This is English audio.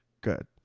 good